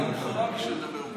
אני הסתרתי אותו.